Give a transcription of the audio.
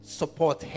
support